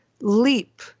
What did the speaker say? leap